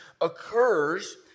occurs